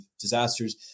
disasters